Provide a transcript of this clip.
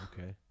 Okay